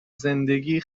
زندگی